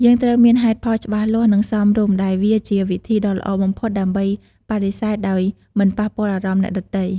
យើងត្រូវមានហេតុផលច្បាស់លាស់ និងសមរម្យ ដែលវាជាវិធីដ៏ល្អបំផុតដើម្បីបដិសេធដោយមិនប៉ះពាល់អារម្មណ៍អ្នកដទៃ។